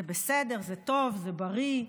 זה בסדר, זה טוב, זה בריא.